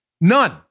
None